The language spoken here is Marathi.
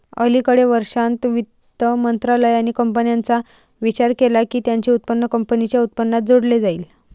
अलिकडे वर्षांत, वित्त मंत्रालयाने कंपन्यांचा विचार केला की त्यांचे उत्पन्न कंपनीच्या उत्पन्नात जोडले जाईल